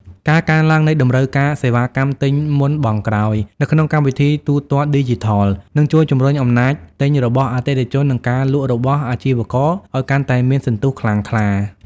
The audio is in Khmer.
ការកើនឡើងនៃតម្រូវការសេវាកម្មទិញមុនបង់ក្រោយ នៅក្នុងកម្មវិធីទូទាត់ឌីជីថល នឹងជួយជម្រុញអំណាចទិញរបស់អតិថិជន និងការលក់របស់អាជីវករឱ្យកាន់តែមានសន្ទុះខ្លាំងក្លា។